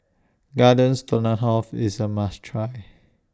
Garden Stroganoff IS A must Try